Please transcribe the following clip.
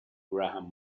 graham